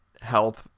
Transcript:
help